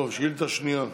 שאילתה שנייה,